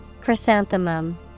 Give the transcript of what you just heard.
Chrysanthemum